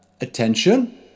Attention